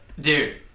dude